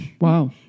Wow